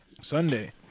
Sunday